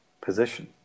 position